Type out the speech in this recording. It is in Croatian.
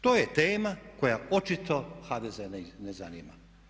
To je tema koja očito HDZ ne zanima.